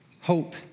Hope